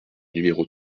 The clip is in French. numéro